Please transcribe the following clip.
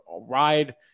Ride